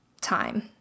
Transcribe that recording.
time